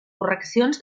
correccions